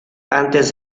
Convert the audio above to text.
antes